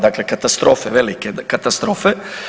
Dakle, katastrofe, velike katastrofe.